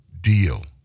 deal